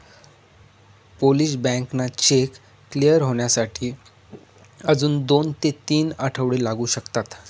Polish बँकांना cheque clear होण्यासाठी अजून दोन ते तीन आठवडे लागू शकतात